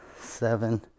seven